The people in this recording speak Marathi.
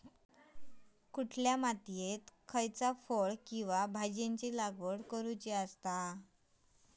कसल्या मातीयेत खयच्या फळ किंवा भाजीयेंची लागवड करुची असता?